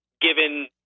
given